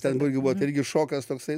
ten buvo irgi buvo tai irgi šokas toksai